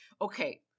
Okay